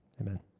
amen